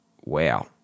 wow